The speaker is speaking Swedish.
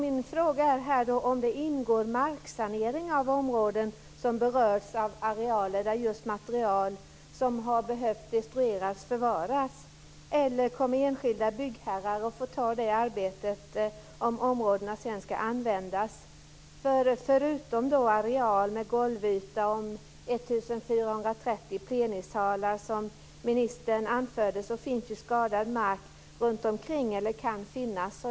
Ingår det marksanering av områden där materiel som har behövt destrueras förvaras, eller kommer enskilda byggherrar att få göra det arbetet om områdena sedan ska användas? Förutom areal motsvarande en golvyta om 1 430 plenisalar, som ministern anförde, finns det eller kan det finnas skadad mark runtomkring.